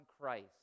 Christ